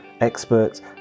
experts